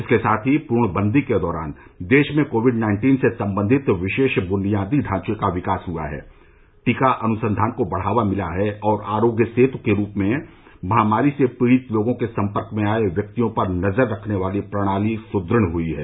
इसके साथ ही पूर्णबंदी के दौरान देश में कोविड नाइन्टीन से संबंधित विशेष बुनियादी ढांचे का विकास हुआ है टीका अनुसंधान को बढ़ावा मिला है और आरोग्य सेतु के रूप में महामारी से पीड़ित लोगों के संपर्क में आए व्यक्तियों पर नजर रखने वाली प्रणाली सुदृढ़ हुई है